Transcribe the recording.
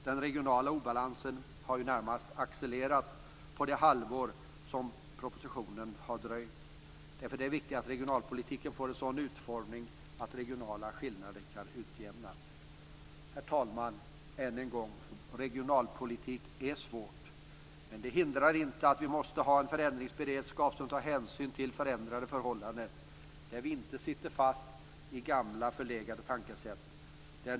Den regionala obalansen har närmast accelererat under det halvår som propositionen har dröjt. Därför är det viktigt att regionalpolitiken får en sådan utformning att regionala skillnader kan utjämnas. Herr talman! Regionalpolitik är svårt. Det säger jag än en gång. Men det hindrar inte att vi måste ha en förändringsberedskap som tar hänsyn till förändrade förhållanden. Vi får inte sitta fast i gamla förlegade tankesätt.